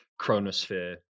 Chronosphere